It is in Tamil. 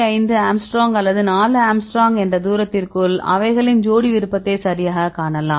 5 ஆங்ஸ்ட்ரோம் அல்லது 4 ஆங்ஸ்ட்ரோம் என்ற தூரத்திற்குள் அவைகளின் ஜோடி விருப்பத்தை சரியாகக் காணலாம்